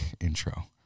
intro